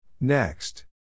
Next